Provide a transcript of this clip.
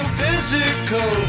physical